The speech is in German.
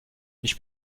ich